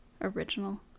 original